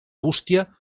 bústia